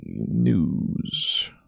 news